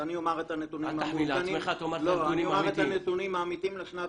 אני אומר את הנתונים המעודכנים לשנת